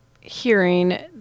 hearing